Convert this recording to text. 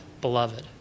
beloved